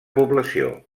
població